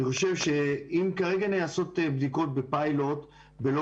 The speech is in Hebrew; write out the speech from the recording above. אני חושב שאם כרגע נעשות בדיקות בפיילוט בלא